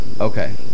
Okay